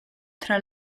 tra